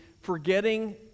forgetting